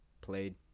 played